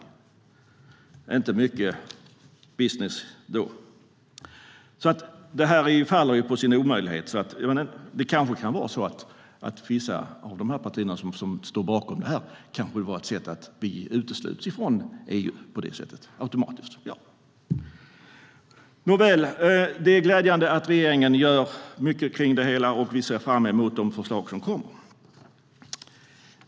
Det blir inte mycket business då. Det här faller på sin omöjlighet. Det kanske kan vara så att vissa av de partier som står bakom det här förslaget ser det som ett sätt att automatiskt få oss uteslutna ur EU. Nåväl, det är glädjande att regeringen gör mycket kring det hela, och vi ser fram emot de förslag som kommer.